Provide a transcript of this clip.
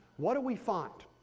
what do we find?